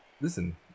listen